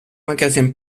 magasin